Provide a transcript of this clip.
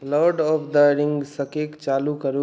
Lord of the रिंग्सके चालू करू